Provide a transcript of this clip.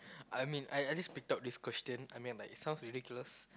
I mean I at least picked up this question I mean but it sounds ridiculous